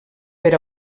per